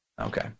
Okay